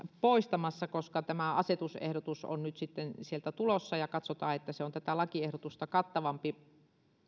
poistamassa koska tämä asetusehdotus on nyt sitten sieltä tulossa ja katsotaan että se on tätä lakiehdotusta kattavampi